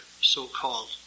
so-called